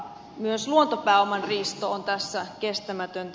myös luontopääoman riisto on tässä kestämätöntä